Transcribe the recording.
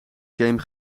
game